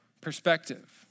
perspective